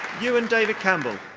ewan david campbell.